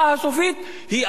ענקית ביותר.